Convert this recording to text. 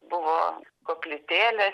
buvo koplytėlėj